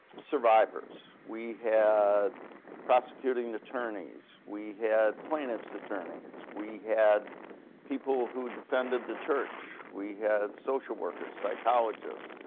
survivors. we had prosecuting and attorneys, we had plaintiffs attorneys, we had people who defended the church, we had social workers, psychologists,